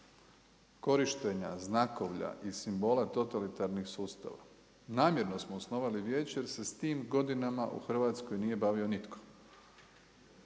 korištenja znakova i simbola totalitarnih sustava, namjerno smo osnovali vijeće sa tim godinama u Hrvatskoj nije bavio nitko.